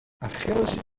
achilles